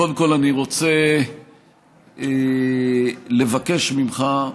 קודם כול אני רוצה לבקש ממך,